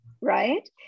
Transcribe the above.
right